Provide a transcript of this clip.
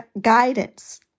guidance